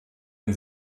den